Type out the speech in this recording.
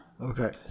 okay